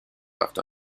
left